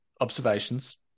observations